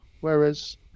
whereas